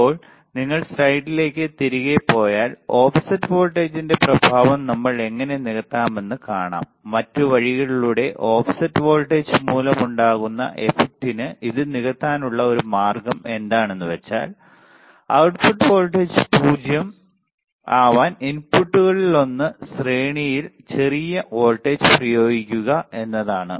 ഇപ്പോൾ നിങ്ങൾ സ്ലൈഡിലേക്ക് തിരികെ പോയാൽ ഓഫ്സെറ്റ് വോൾട്ടേജിന്റെ പ്രഭാവം നമ്മൾ എങ്ങനെ നികത്താമെന്ന് കാണാം മറ്റ് വഴികളിലൂടെ ഓഫ്സെറ്റ് വോൾട്ടേജ് മൂലമുണ്ടായ ഇഫക്റ്റിന് ഇത് നികത്താനുള്ള ഒരു മാർഗ്ഗം എന്താണെന്ന് വെച്ചാൽ output വോൾട്ടേജ് 0 avan ഇൻപുട്ടുകളിലൊന്നിൽ ശ്രേണിയിൽ ചെറിയ വോൾട്ടേജ് പ്രയോഗിക്കുക എന്നതാണ്